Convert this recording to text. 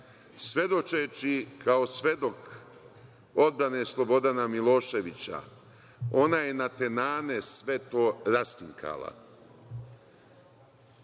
Svedočeći kao svedok odbrane Slobodana Miloševića, ona je natenane sve to raskrinkala. Sa